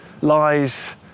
lies